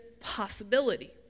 possibility